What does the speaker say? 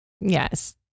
Yes